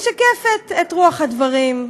משקפת את רוח הדברים: